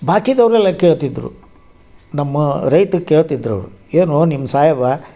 ಬಾಕಿದವ್ರು ಎಲ್ಲ ಕೇಳ್ತಿದ್ದರು ನಮ್ಮ ರೈತ್ರಿಗೆ ಕೇಳ್ತಿದ್ರು ಅವರು ಏನೋ ನಿಮ್ಮ ಸಾಯೇಬ